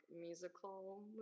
musical